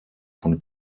von